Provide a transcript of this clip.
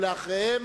ואחריהם,